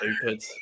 stupid